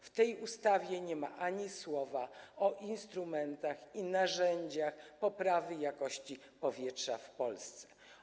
W tej ustawie nie ma ani słowa o instrumentach i narzędziach poprawy jakości powietrza w Polsce.